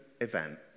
event